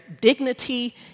dignity